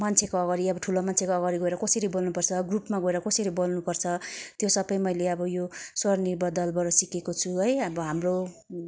मान्छेको अगाडि अब ठुलो मान्छेको अगाडी गएर कसरी बोल्नु पर्छ ग्रुपमा गएर कसरी बोल्नुपर्छ त्यो सबै मैले अब यो स्वनिर्भर दलबाट सिकेको छु है अब हाम्रो